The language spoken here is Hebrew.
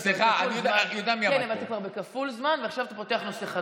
אתה כבר בכפול זמן ועכשיו אתה פותח נושא חדש.